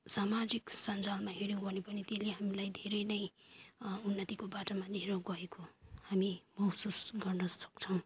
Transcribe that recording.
सामाजिक सञ्जालमा हेऱ्यौँ भने पनि त्यसले हामीलाई धेरै नै उन्नतिको बाटोमा लिएर गएको हामी महसुस गर्नसक्छौँ